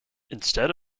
instead